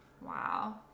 Wow